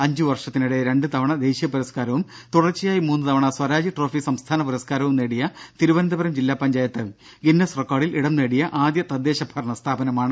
അഞ്ചുവർഷത്തിനിടെ രണ്ട് തവണ ദേശീയ പുരസ്കാരവും തുടർച്ചയായി മൂന്ന് തവണ സ്വരാജ് ട്രോഫി സംസ്ഥാന പുരസ്കാരവും നേടിയ തിരുവനന്തപുരം ജില്ലാപഞ്ചായത്ത് ഗിന്നസ് റെക്കോഡിൽ ഇടം നേടിയ ആദ്യ തദ്ദേശ ഭരണ സ്ഥാപനമാണ്